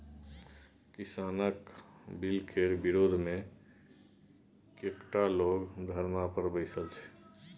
किसानक बिलकेर विरोधमे कैकटा लोग धरना पर बैसल छै